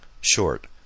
short